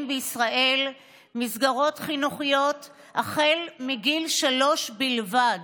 בישראל מסגרות חינוכיות מגיל שלוש בלבד.